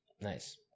Nice